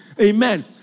Amen